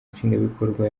nshingwabikorwa